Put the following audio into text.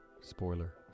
Spoiler